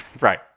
right